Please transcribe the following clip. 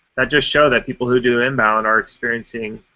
that just show that people who do inbound are experiencing